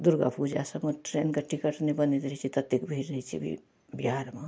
दुर्गापूजा सबमे ट्रेनके टिकट नहि बनैत रहै छै ततेक रहै छै भीड़ बिहारमे